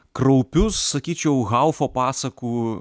kraupius sakyčiau haufo pasakų